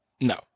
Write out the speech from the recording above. No